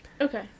Okay